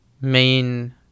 main